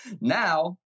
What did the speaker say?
Now